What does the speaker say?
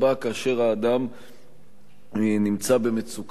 כאשר האדם נמצא במצוקה,